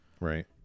Right